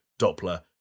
Doppler